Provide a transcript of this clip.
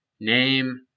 name